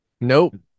Nope